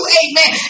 amen